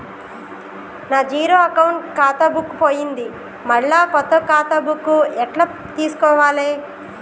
నా zero account ఖాతా book పోయింది మళ్ళా కొత్త ఖాతా బుక్కు ఎట్ల తీసుకోవాలే?